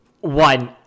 one